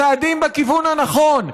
צעדים בכיוון הנכון,